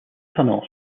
tunnel